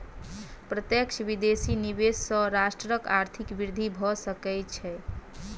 प्रत्यक्ष विदेशी निवेश सॅ राष्ट्रक आर्थिक वृद्धि भ सकै छै